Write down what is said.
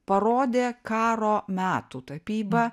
parodė karo metų tapybą